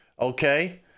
Okay